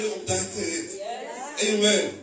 Amen